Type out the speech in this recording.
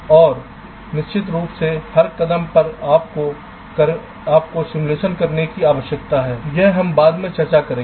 और निश्चित रूप से हर कदम पर आपको simulation करने की आवश्यकता है यह हम बाद में चर्चा करेंगे